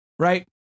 Right